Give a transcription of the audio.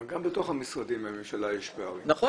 גם בתוך המשרדים בממשלה יש פערים,